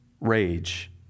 rage